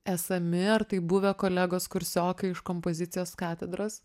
esami ar tai buvę kolegos kursiokai iš kompozicijos katedros